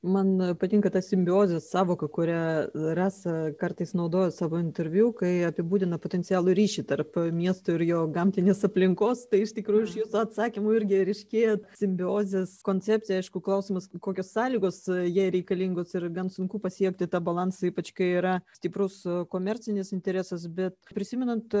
man patinka ta simbiozės sąvoka kurią rasa kartais naudoja savo interviu kai apibūdina potencialų ryšį tarp miestų ir jo gamtinės aplinkos tai iš tikrųjų iš jūsų atsakymų irgi ryškėti simbiozės koncepciją aišku klausimas kokios sąlygos jai reikalingos ir gan sunku pasiekti tą balansą ypač kai yra stiprus komercinis interesas bet prisimenant